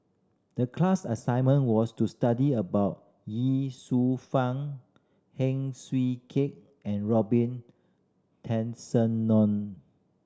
the class assignment was to study about Ye Shufang Heng Swee Keat and Robin